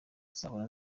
nzahora